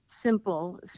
simple